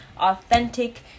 authentic